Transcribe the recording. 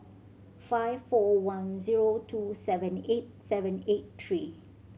five four one zero two seven eight seven eight three